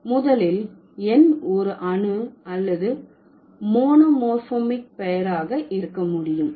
முதலில் எண் ஒரு அணு அல்லது மோனோமோர்பமிக் பெயர் ஆக இருக்க முடியும்